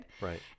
Right